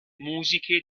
musiche